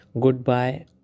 goodbye